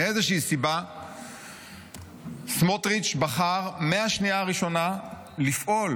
מאיזושהי סיבה סמוטריץ' בחר מהשנייה הראשונה לפעול